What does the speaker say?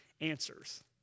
answers